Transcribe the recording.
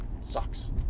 Sucks